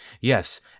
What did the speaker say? Yes